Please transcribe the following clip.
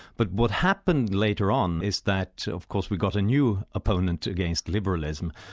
but what happened later on is that of course we got a new opponent against liberalism,